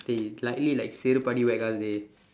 dey slightly like செருப்படி:seruppadi whack us dey